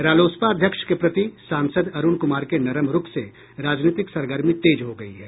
रालोसपा अध्यक्ष के प्रति सांसद अरूण कूमार के नरम रूख से राजनीतिक सरगर्मी तेज हो गयी हैं